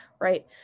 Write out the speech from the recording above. right